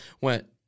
Went